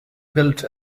built